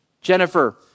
Jennifer